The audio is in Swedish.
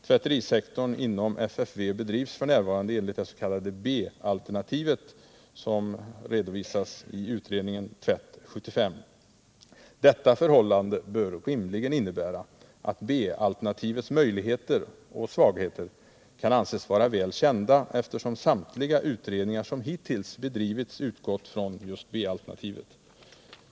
Tvätterisektorn inom FFV bedrivs f. n. enligt det s.k. B-alternativet som redovisas i utredningsrapporten från Tvätt-75. Detta förhållande bör rimligen innebära att B-alternativets möjligheter och svagheter kan anses vara väl kända. Samtliga utredningar som hittills bedrivits har utgått från B-alternativet.